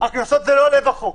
הקנסות זה לא לב החוק.